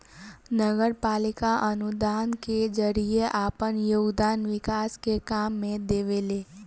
नगरपालिका अनुदान के जरिए आपन योगदान विकास के काम में देवेले